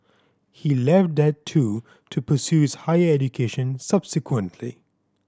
he left that too to pursue his higher education subsequently